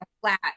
flat